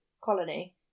colony